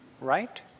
right